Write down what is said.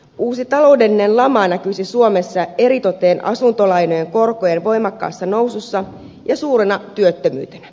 uusi taloudellinen lama näkyisi suomessa eritoten asuntolainojen korkojen voimakkaana nousuna ja suurena työttömyytenä